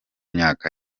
myaka